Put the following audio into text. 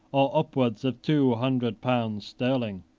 or upwards of two hundred pounds sterling.